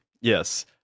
Yes